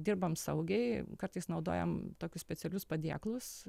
dirbam saugiai kartais naudojam tokius specialius padėklus